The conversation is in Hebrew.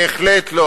בהחלט לא.